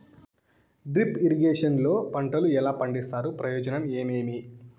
Drip irrigation లో పంటలు ఎలా పండిస్తారు ప్రయోజనం ఏమేమి?